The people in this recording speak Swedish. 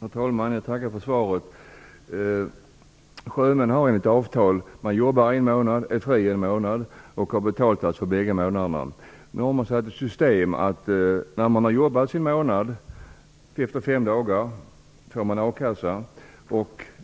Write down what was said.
Herr talman! Jag tackar för svaret. Sjömän jobbar, enligt avtal, en månad och är fria en månad men har betalt för bägge månaderna. Nu har man satt i system att fem dagar efter den månad man jobbat hämta ut a-kassa.